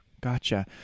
gotcha